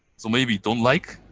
so maybe don't like,